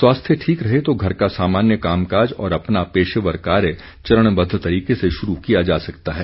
स्वास्थ्य ठीक रहे तो घर का सामान्य कामकाज और अपना पेशेवर कार्य चरणबद्ध तरीके से शुरू किया जा सकता है